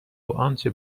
آنچه